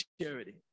charity